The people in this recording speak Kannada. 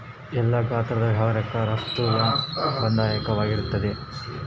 ಎಲ್ಲಾ ಗಾತ್ರದ್ ವ್ಯವಹಾರಕ್ಕ ರಫ್ತು ಲಾಭದಾಯಕವಾಗಿರ್ತೇತಿ